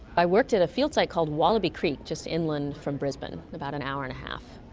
i worked at a field site called wallaby creek just inland from brisbane, about an hour and a half.